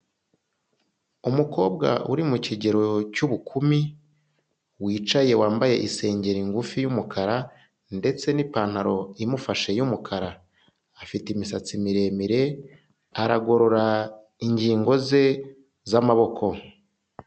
Umukobwa uri mu kigero cy'ubukumi wicaye wambaye isengeri ngufi y'umukara ndetse n'ipantaro imufashe y'umukara, afite imisatsi miremire aragorora ingingo ze z'amaboko.